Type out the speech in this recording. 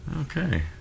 Okay